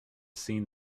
seen